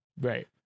Right